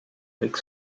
avec